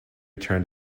turned